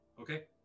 Okay